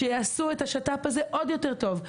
שיעשו את השת"פ הזה עוד יותר טוב.